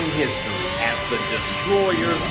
history as the destroyer